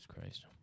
Christ